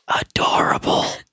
Adorable